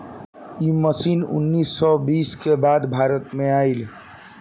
इ मशीन उन्नीस सौ बीस के बाद भारत में आईल